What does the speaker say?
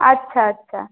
আচ্ছা আচ্ছা